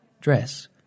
Dress